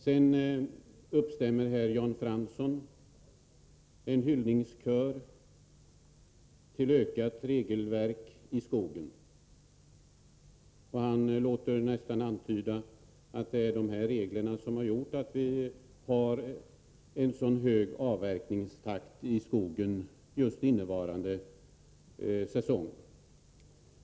Sedan uppstämmer Jan Fransson en hyllning till ökat regelverk i skogen. Han låter nästan antyda att det är dessa regler som har gjort att vi har en så hög avverkningstakt i skogen som vi har just innevarande säsong.